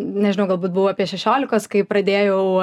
nežinau galbūt buvau apie šešiolikos kai pradėjau